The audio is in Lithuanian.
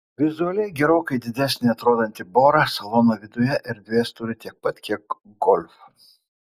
vizualiai gerokai didesnė atrodanti bora salono viduje erdvės turi tiek pat kiek golf